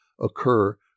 occur